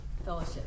Fellowship